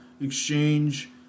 exchange